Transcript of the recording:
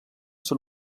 són